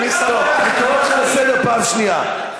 אני קורא אותך לסדר פעם שנייה.